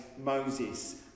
Moses